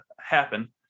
happen